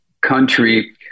country